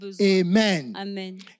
Amen